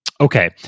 Okay